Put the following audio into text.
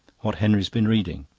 what henry has been reading.